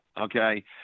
Okay